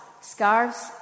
scarves